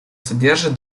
содержит